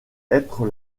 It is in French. être